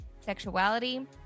sexuality